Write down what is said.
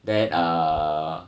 then err